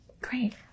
Great